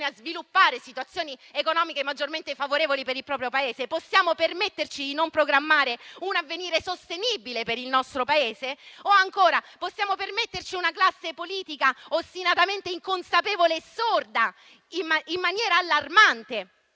a sviluppare situazioni economiche maggiormente favorevoli per il proprio Paese? Possiamo permetterci di non programmare un avvenire sostenibile per il nostro Paese? Ancora, possiamo permetterci una classe politica ostinatamente inconsapevole e sorda in maniera allarmante